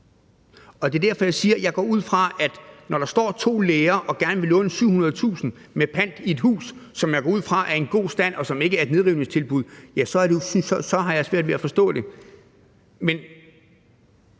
Det er derfor, jeg siger, at når der står to lærere og gerne vil låne 700.000 kr. med pant i et hus, som jeg går ud fra er i en god stand, og som ikke er et nedrivningstilbud, så har jeg svært ved at forstå det. Men